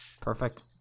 Perfect